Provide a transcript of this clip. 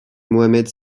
mohamed